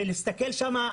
ולהסתכל שם.